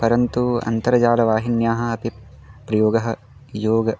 परन्तु अन्तर्जालवाहिन्याः अपि प्रयोगः योगः